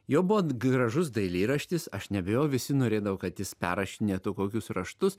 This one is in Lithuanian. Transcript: jo buvo gražus dailyraštis aš neabejoju visi norėdavo kad jis perrašinėtų kokius raštus